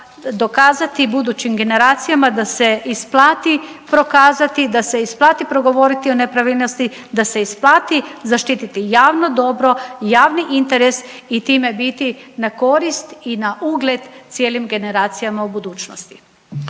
dokazati, budućim generacijama da se isplati prokazati, da se isplati progovoriti o nepravilnosti, da se isplati zaštiti javno dobro, javni interes i time biti na korist i na ugled cijelim generacijama u budućnosti.